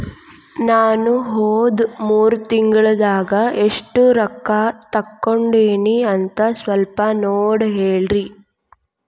ನಾ ಹೋದ ಮೂರು ತಿಂಗಳದಾಗ ಎಷ್ಟು ರೊಕ್ಕಾ ತಕ್ಕೊಂಡೇನಿ ಅಂತ ಸಲ್ಪ ನೋಡ ಹೇಳ್ರಿ